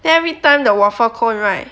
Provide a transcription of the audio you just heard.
then everytime the waffle cone right